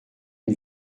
une